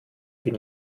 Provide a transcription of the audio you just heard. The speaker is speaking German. bin